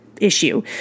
issue